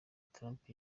trump